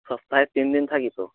সপ্তাহে তিন দিন থাকি তো